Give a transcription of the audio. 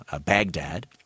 Baghdad